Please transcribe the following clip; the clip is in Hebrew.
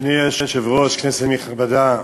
אדוני היושב-ראש, כנסת נכבדה,